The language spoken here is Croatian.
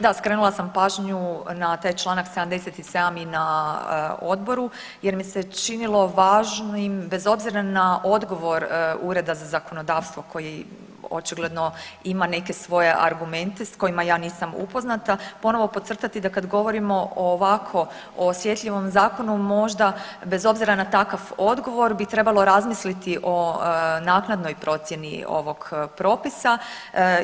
Da, skrenula sam pažnju na taj čl. 77. i na odboru jer mi se činilo važnim bez obzira na odgovor Ureda za zakonodavstvo koji očigledno ima neke svoje argumente s kojima ja nisam upoznata, ponovno podcrtati da kad govorimo o ovako osjetljivom zakonu možda bez obzira na takav odgovor bi trebalo razmisliti o naknadnoj procjeni ovog propisa